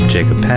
Jacob